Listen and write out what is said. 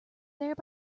there